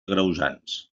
agreujants